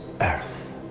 earth